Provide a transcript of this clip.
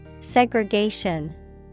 Segregation